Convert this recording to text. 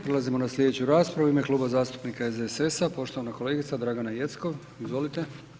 Prelazimo na slijedeću raspravu, u ime Kluba zastupnika SDSS-a poštovana kolegica Dragana Jeckov, izvolite.